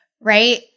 right